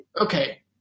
okay